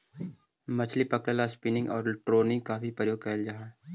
मछली पकड़े ला स्पिनिंग और ट्रोलिंग का भी प्रयोग करल हई